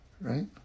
right